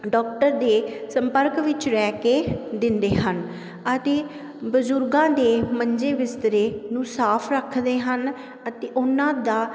doctor ਦੇ ਸੰਪਰਕ ਵਿੱਚ ਰਹਿ ਕੇ ਦਿੰਦੇ ਹਨ ਅਤੇ ਬਜ਼ੁਰਗਾਂ ਦੇ ਮੰਜੇ ਬਿਸਤਰੇ ਨੂੰ ਸਾਫ ਰੱਖਦੇ ਹਨ ਅਤੇ ਉਹਨਾਂ ਦਾ